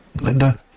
Linda